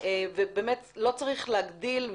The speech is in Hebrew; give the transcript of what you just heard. לא צריך להגדיל,